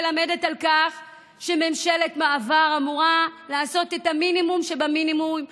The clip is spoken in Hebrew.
מלמדות על כך שממשלת מעבר אמורה לעשות את המינימום שבמינימום,